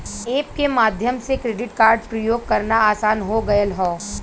app के माध्यम से क्रेडिट कार्ड प्रयोग करना आसान हो गयल हौ